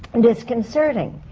and disconcerting.